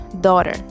Daughter